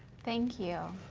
thank you.